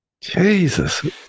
Jesus